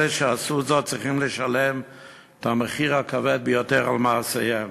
ואלה שעשו זאת צריכים לשלם את המחיר הכבד ביותר על מעשיהם.